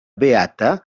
beata